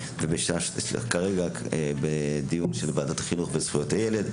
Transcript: משותף לוועדת החינוך ולוועדה לזכויות הילד,